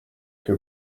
que